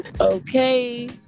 okay